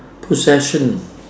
possession